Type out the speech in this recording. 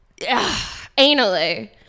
Anally